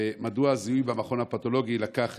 3. מדוע הזיהוי במכון הפתולוגי לקח,